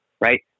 right